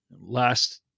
last